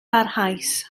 barhaus